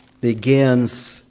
begins